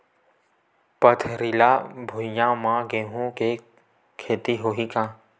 पथरिला भुइयां म गेहूं के खेती होही का?